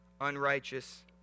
unrighteous